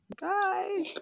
Bye